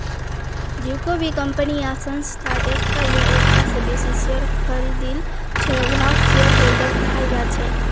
जेको भी कम्पनी या संस्थार एकता या एकता स बेसी शेयर खरीदिल छ वहाक शेयरहोल्डर कहाल जा छेक